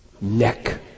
Neck